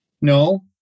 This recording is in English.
No